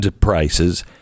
prices